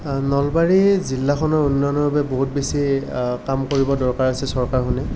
নলবাৰী জিলাখনৰ উন্নয়নৰ বাবে বহুত বেছি কাম কৰিবৰ দৰকাৰ আছে চৰকাৰখনে